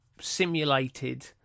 simulated